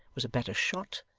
was a better shot,